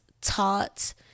taught